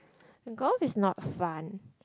golf is not fun